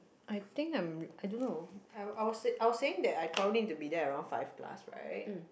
I think I'm I don't know I I was say I was saying that I probably need to be there around five plus right